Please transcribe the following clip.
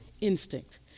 instinct